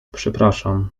przepraszam